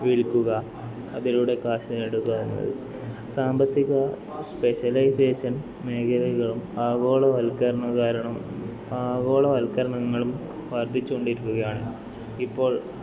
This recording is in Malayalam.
വിൽക്കുക അതിലൂടെ കാശ് നേടുക എന്നുള്ളത് സാമ്പത്തിക സ്പെഷ്യലൈസേഷൻ മേഖലകളും ആഗോളവൽക്കരണം കാരണം ആഗോളവൽക്കരണങ്ങളും വർദ്ധിച്ചുകൊണ്ടിരിക്കുകയാണ് ഇപ്പോൾ